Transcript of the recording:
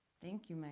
thank you, mike,